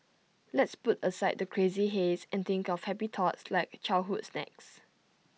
let's put aside the crazy haze and think of happy thoughts like childhood snacks